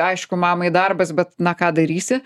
aišku mamai darbas bet na ką darysi